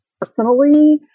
personally